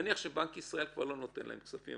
נניח שבנק ישראל כבר לא נותן להם כספים,